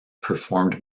performed